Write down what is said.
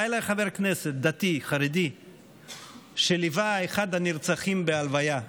בא אליי חבר כנסת דתי-חרדי שליווה את אחד הנרצחים בהלוויה.